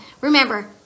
remember